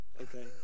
Okay